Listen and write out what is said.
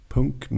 Punk